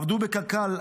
עבדו בקק"ל,